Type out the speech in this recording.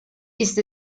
ist